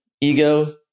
ego